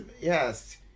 Yes